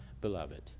beloved